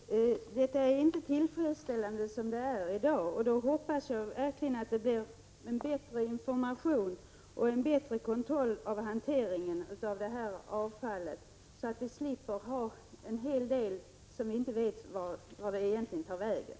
Herr talman! Det är inte tillfredsställande som det är i dag. Jag hoppas verkligen att det blir en bättre information om och bättre kontroll av hanteringen av detta avfall. Som det nu är vet vi inte vart en del avfall tar 67 vägen.